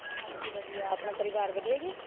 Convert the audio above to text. ਹਾਂਜੀ ਵਧੀਆ ਆਪਣਾ ਪਰਿਵਾਰ ਵਧੀਆ ਜੀ